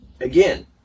Again